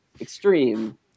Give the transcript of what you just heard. extreme